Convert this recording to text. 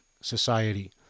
society